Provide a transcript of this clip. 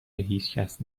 هیچکس